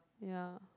ya